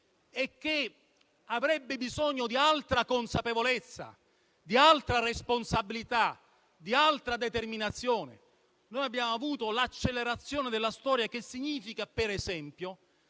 e che avrebbe bisogno di altra consapevolezza, di altra responsabilità, di altra determinazione. Abbiamo avuto un'accelerazione della storia, che per esempio